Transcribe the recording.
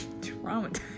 traumatized